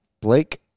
Blake